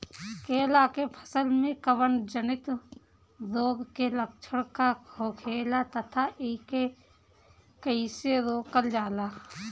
केला के फसल में कवक जनित रोग के लक्षण का होखेला तथा एके कइसे रोकल जाला?